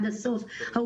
כך.